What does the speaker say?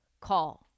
call